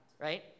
right